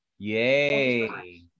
Yay